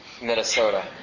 Minnesota